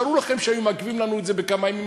תארו לכם שהיו מעכבים לנו את זה בכמה ימים,